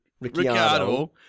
Ricciardo